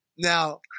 Now